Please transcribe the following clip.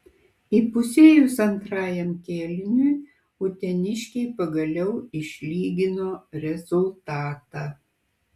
įpusėjus antrajam kėliniui uteniškiai pagaliau išlygino rezultatą